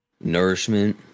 nourishment